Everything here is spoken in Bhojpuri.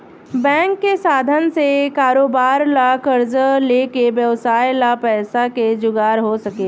बैंक के साधन से कारोबार ला कर्जा लेके व्यवसाय ला पैसा के जुगार हो सकेला